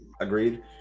agreed